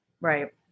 right